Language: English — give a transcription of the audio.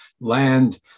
land